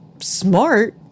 smart